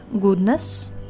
goodness